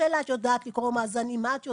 השאלה היא אם את יודעת לקרוא מאזנים, מה את יודעת.